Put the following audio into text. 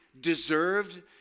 deserved